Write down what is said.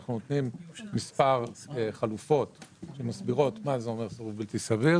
אנחנו עושים מספר חלופות שמסבירות מה זה אומר סירוב בלתי סביר